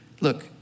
Look